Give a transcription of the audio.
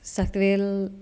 shakthi